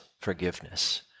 forgiveness